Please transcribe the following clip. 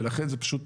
ולכן זה פשוט